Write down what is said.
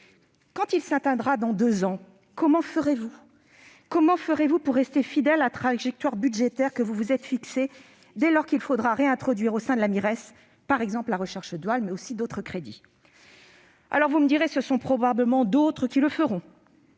lorsqu'il s'éteindra, dans deux ans, comment ferez-vous ? Comment ferez-vous pour rester fidèle à la trajectoire budgétaire que vous vous êtes fixée, dès lors qu'il faudra réintroduire au sein de la Mires la recherche duale, par exemple, mais aussi d'autres crédits ? Certes, me direz-vous, ce sont probablement d'autres que vous